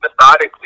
methodically